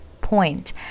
point